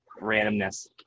randomness